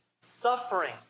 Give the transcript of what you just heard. suffering